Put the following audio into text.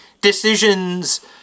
decisions